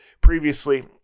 previously